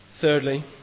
Thirdly